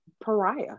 pariah